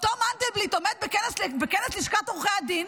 אותו מנדלבליט עומד בכנס לשכת עורכי הדין